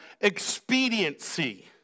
expediency